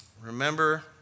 Remember